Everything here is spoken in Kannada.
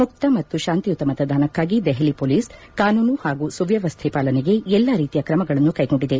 ಮುಕ್ತ ಮತ್ತು ಶಾಂತಿಯುತ ಮತದಾನಕ್ಕಾಗಿ ದೆಹಲಿ ಪೊಲೀಸ್ ಕಾನೂನು ಹಾಗೂ ಸುವ್ಲವಸ್ಥೆ ಪಾಲನೆಗೆ ಎಲ್ಲಾ ರೀತಿಯ ಕ್ರಮಗಳನ್ನು ಕ್ಲೆಗೊಂಡಿದೆ